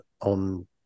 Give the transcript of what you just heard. on